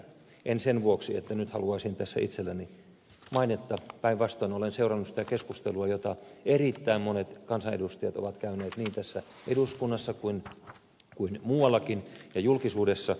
en sen vuoksi että nyt haluaisin tässä itselleni mainetta päinvastoin olen seurannut sitä keskustelua jota erittäin monet kansanedustajat ovat käyneet niin tässä eduskunnassa kuin muuallakin ja julkisuudessa